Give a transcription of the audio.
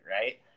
right